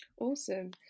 awesome